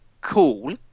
cool